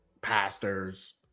pastors